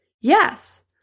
Yes